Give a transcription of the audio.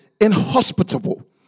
inhospitable